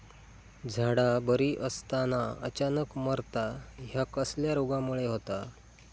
झाडा बरी असताना अचानक मरता हया कसल्या रोगामुळे होता?